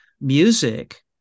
music